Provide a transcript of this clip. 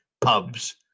pubs